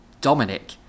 Dominic